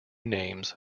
names